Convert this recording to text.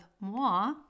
moi